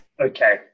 Okay